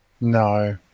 No